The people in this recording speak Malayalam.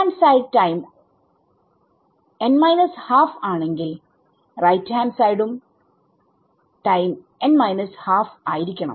LHS ടൈം n ½ ആണെങ്കിൽ RHS ഉം ടൈം n ½ ആയിരിക്കണം